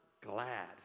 glad